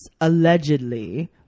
allegedly